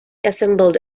assembled